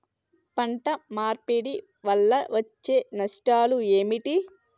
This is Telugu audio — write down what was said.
పంట మార్పిడి వల్ల వచ్చే నష్టాలు ఏమిటి?